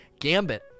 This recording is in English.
gambit